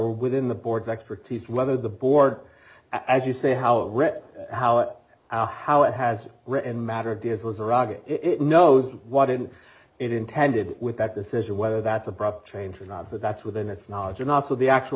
within the board's expertise whether the board as you say how how how it has written matter does was rogge it knows what it is it intended with that decision whether that's abrupt change or not but that's within its knowledge and also the actual